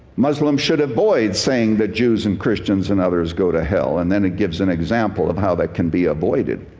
muslims should avoid saying that jews and christians and others go to hell. and then it gives an example of how that can be avoided.